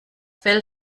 fell